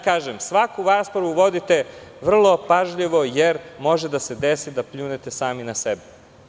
Kažem vam, svaku raspravu vodite vrlo pažljivo jer može da se desi da pljunete sami na sebe.